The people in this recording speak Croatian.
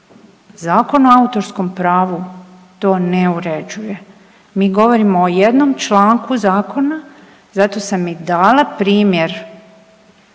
Zakon o autorskom pravu to ne uređuje. Mi govorimo o jednom članku zakona, zato sam i dala primjer